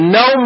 no